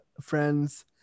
friends